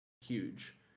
huge